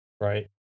right